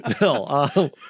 No